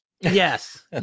Yes